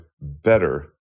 better